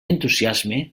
entusiasme